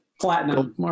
Platinum